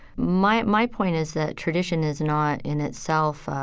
my my point is that tradition is not, in itself ah